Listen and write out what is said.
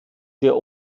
wir